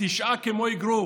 תשעה, כמו אגרוף,